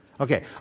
Okay